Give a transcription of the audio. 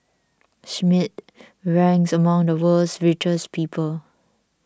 Schmidt ranks among the world's richest people